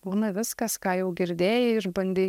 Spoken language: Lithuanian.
būna viskas ką jau girdėjai ir bandei